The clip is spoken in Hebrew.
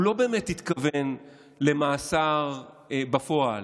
הוא לא באמת התכוון למאסר בפועל,